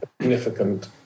significant